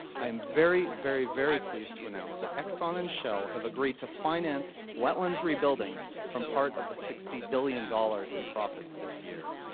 i am very, very, very pleased to announce that exxon and shell have agreed to finance wetlands rebuilding from part of the sixty billion dollars in profits this year.